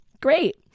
great